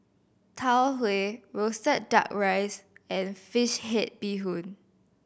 Tau Huay roasted Duck Rice and fish head bee hoon